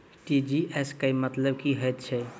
TGS केँ मतलब की हएत छै?